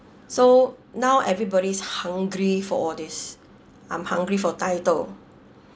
so now everybody is hungry for all these I'm hungry for title